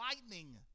lightning